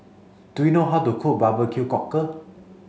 do you know how to cook Barbecue cockle